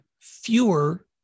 fewer